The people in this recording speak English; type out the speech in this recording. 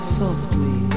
softly